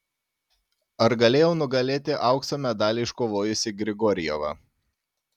ar galėjau nugalėti aukso medalį iškovojusį grigorjevą